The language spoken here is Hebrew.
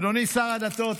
אדוני שר הדתות,